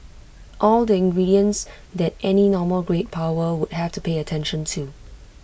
all the ingredients that any normal great power would have to pay attention to